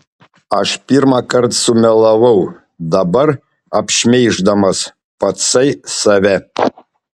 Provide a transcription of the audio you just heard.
aš pirmąkart sumelavau dabar apšmeiždamas patsai save